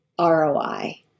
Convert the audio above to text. ROI